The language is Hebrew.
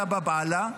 עלא באב אללה,